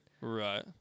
Right